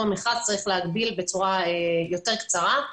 ממכרז צריך להגביל בצורה יותר קצרה.